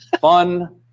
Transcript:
Fun